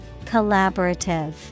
Collaborative